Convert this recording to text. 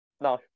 No